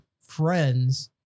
friends